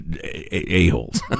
a-holes